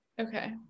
Okay